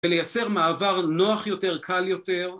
‫ולייצר מעבר נוח יותר, קל יותר.